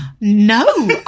No